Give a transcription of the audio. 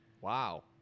Wow